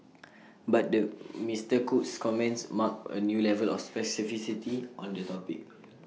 but the Mister Cook's comments marked A new level of specificity on the topic